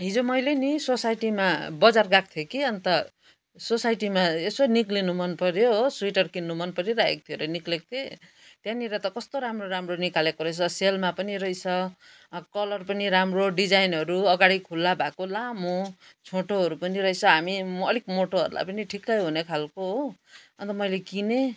हिजो मैले नि सोसाइटीमा बजार गएको थिएँ कि अन्त सोसाइटीमा यसो निक्लिनु मन पऱ्यो हो स्वेटर किन्नु मन परिरहेको थियो र निक्लिएको थिएँ त्यहाँनिर त कस्तो राम्रो राम्रो निकालेको रहेछ सेलमा पनि रहेछ कलर पनि राम्रो डिजाइनहरू अगाडि खुला भएको लामो छोटोहरू पनि रहेछ हामी अलिक मोटोहरूलाई पनि ठिकै हुने खालको हो अन्त मैले किनेँ